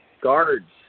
Guards